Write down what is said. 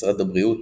משרד הבריאות,